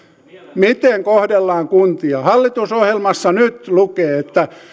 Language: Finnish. miten kohdellaan kuntia hallitusohjelmassa nyt lukee että